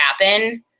happen